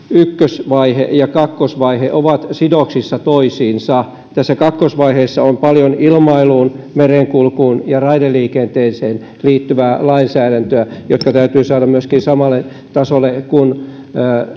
ykkösvaihe ja kakkosvaihe ovat sidoksissa toisiinsa tässä kakkosvaiheessa on paljon ilmailuun merenkulkuun ja raideliikenteeseen liittyvää lainsäädäntöä joka täytyy saada myöskin samalle tasolle kuin